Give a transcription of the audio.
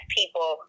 people